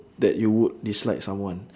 that you would dislike someone